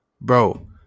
Bro